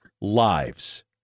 lives